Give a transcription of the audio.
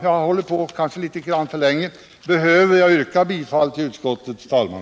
Jag har kanske talat litet för länge. Behöver jag yrka bifall till utskottets hemställan?